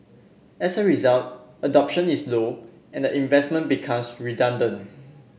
as a result adoption is low and the investment becomes redundant